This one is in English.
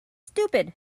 stupid